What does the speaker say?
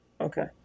Okay